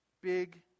big